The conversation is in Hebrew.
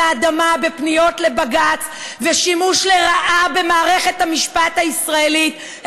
האדמה בפניות לבג"ץ ושימוש לרעה במערכת המשפט הישראלית,